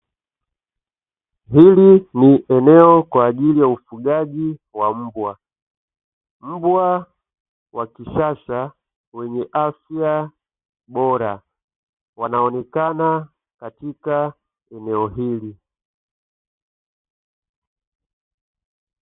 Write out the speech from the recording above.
Hili ni eneo kwa ajili ya ufugaji wa mbwa, mbwa wa kisasa wenye afya bora wanaonekana katika eneo hili.